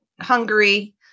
Hungary